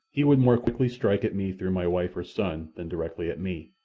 he would more quickly strike at me through my wife or son than directly at me,